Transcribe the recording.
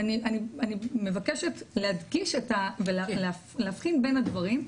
ואני מבקשת להדגיש ולהבחין בין הדברים,